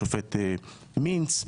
השופט מינץ.